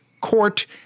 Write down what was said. court